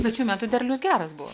bet šių metų derlius geras buvo